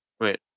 wait